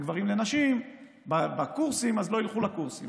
גברים לנשים בקורסים אז לא ילכו לקורסים.